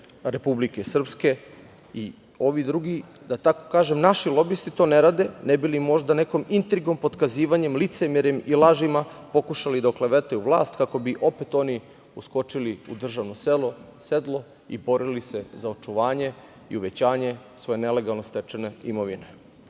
Republike Srpske i ovi drugi, da tako kažem, naši lobisti to ne rade, ne bi li možda nekom intrigom, potkazivanjem licemerjem i lažima pokušali da oklevetaju vlast, kako bi opet oni uskočili u državno sedlo i borili za očuvanje i uvećanje svoje nelegalno stečene imovine. Moram